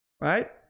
right